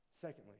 Secondly